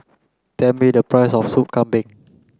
tell me the price of Soup Kambing